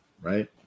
Right